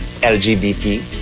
LGBT